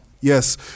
Yes